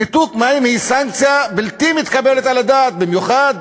ניתוק מים הוא סנקציה בלתי מתקבלת על הדעת, במיוחד